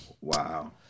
Wow